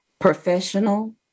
professional